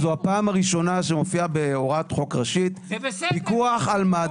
זו הפעם הראשונה שמופיע בהוראת חוק ראשי פיקוח על מד"א,